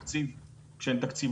אבל גם אז מרגע שהיה תקציב,